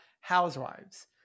housewives